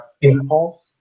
impulse